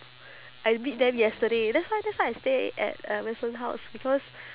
I meet them yesterday that's why that's why I stay at uh wilson house because